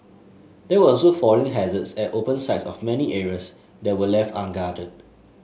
there were also falling hazards at open sides of many areas that were left unguarded